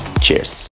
cheers